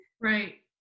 Right